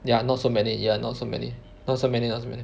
ya not so many you not so many not so many really